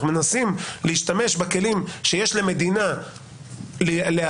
אנחנו מנסים להשתמש בכלים שיש למדינה להיאבק